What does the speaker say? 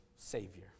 Savior